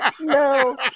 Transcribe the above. No